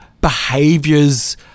behaviors